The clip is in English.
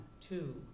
two